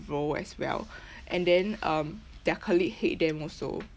role as well and then um their colleague hate them also